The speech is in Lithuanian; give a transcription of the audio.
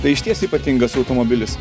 tai išties ypatingas automobilis